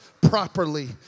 properly